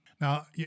Now